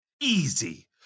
Easy